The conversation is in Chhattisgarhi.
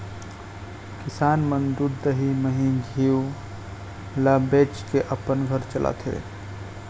किसान मन दूद, दही, मही, घींव ल बेचके अपन घर चलाथें